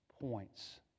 points